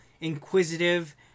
inquisitive